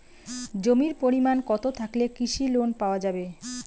জমির পরিমাণ কতো থাকলে কৃষি লোন পাওয়া যাবে?